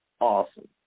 awesome